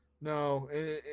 no